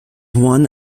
one